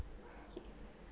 okay